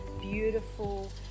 beautiful